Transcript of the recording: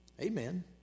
Amen